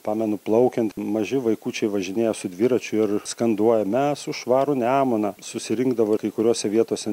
pamenu plaukiant maži vaikučiai važinėja su dviračiu ir skanduoja mes už švarų nemuną susirinkdavo kai kuriose vietose